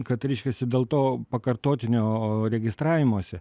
kad reiškiasi dėl to pakartotinio registravimosi